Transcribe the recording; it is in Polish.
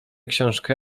książkę